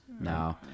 No